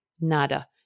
Nada